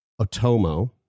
Otomo